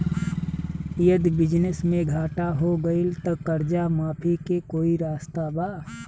यदि बिजनेस मे घाटा हो गएल त कर्जा माफी के कोई रास्ता बा?